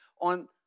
on